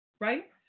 Right